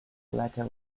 latter